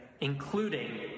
including